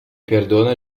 perdona